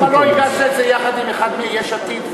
למה לא הגשת את זה עם אחד מיש עתיד,